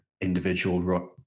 individual